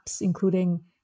including